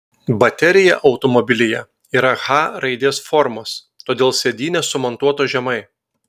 baterija automobilyje yra h raidės formos todėl sėdynės sumontuotos žemai